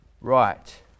right